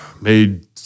made